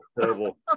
terrible